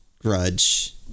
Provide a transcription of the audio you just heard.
grudge